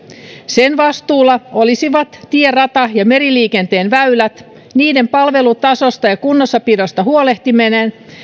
sen vastuulla olisivat tie rata ja meriliikenteen väylät niiden palvelutasosta ja kunnossapidosta huolehtiminen